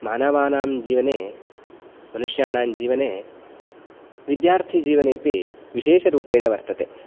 मानवानां जीवने मनुष्याणां जीवने विद्यार्थिजीवनेऽपि विशेषरूपेण वर्तते